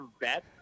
bet